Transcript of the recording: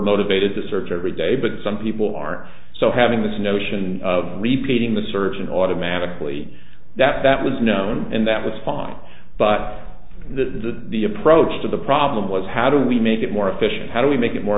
motivated to search every day but some people are so having this notion of repeating the search in automatically that that was known and that was fine but the the approach to the problem was how do we make it more efficient how do we make it more